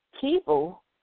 people